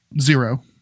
zero